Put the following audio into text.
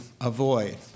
avoid